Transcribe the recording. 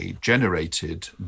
generated